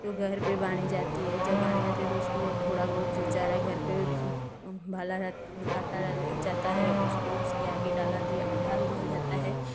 तो घर पर बांधी जाती है जब बांधी जाती है तो थोड़ा बहुत जो चारा घर पर बाला या काटा जाता है उसको उसके आगे डाला डाल दिया जाता है